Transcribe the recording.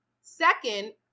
Second